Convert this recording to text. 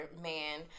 man